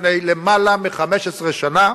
לפני למעלה מ-15 שנה,